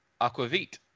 aquavit